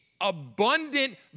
abundant